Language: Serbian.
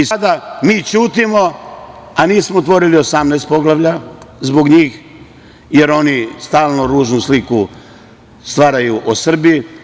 Sada mi ćutimo, a nismo otvorili 18 poglavlja zbog njih, jer oni stalno ružnu sliku stvaraju o Srbiji.